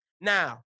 Now